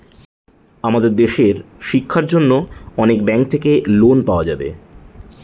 আমাদের দেশের শিক্ষার জন্য অনেক ব্যাঙ্ক থাকে লোন পাওয়া যাবে